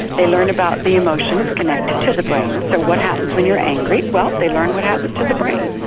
they learn about the emotions connected to the brain, so what happens when you're angry well they learn what happens to the brain.